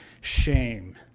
shame